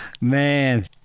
Man